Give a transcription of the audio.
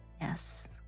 Yes